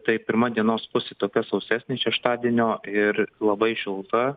tai pirma dienos pusė tokia sausesnė šeštadienio ir labai šilta